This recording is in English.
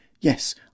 yes